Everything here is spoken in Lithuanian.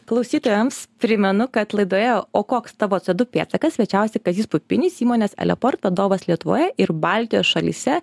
klausytojams primenu kad laidoje o koks tavo co du pėdsakas svečiavosi kazys pupinis įmonės eleport vadovas lietuvoje ir baltijos šalyse